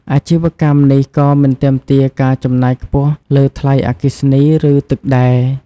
អាជីវកម្មនេះក៏មិនទាមទារការចំណាយខ្ពស់លើថ្លៃអគ្គិសនីឬទឹកដែរ។